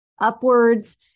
upwards